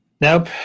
Nope